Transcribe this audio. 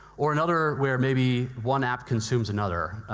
or another where maybe one app consumes another,